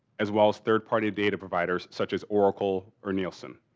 as well as third-party data providers such as oracle or nielsen.